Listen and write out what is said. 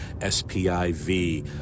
S-P-I-V